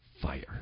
fire